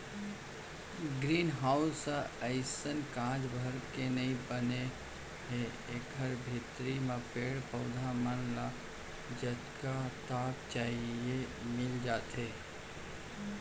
green house ह अइसने कांच भर के नइ बने हे एकर भीतरी म पेड़ पउधा मन ल जतका ताप चाही मिल जाथे